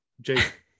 jake